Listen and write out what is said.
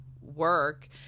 work